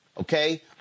okay